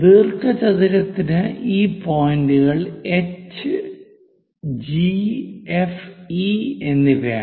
ദീർഘചതുരത്തിന് ഈ പോയിന്റുകൾ H G F E എന്നിവയാണ്